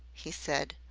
he said,